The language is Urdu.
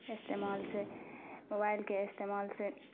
استعمال سے موبائل کے استعمال سے